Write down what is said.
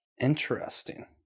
Interesting